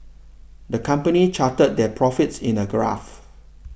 the company charted their profits in a graph